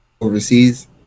Overseas